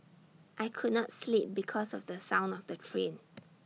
I could not sleep because of the sound of the train